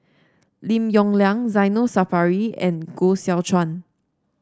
Lim Yong Liang Zainal Sapari and Koh Seow Chuan